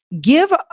give